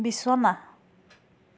বিছনা